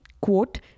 quote